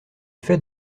fait